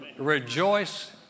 Rejoice